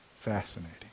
Fascinating